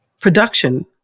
production